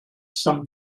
some